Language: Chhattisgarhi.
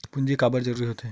पूंजी का बार जरूरी हो थे?